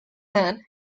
then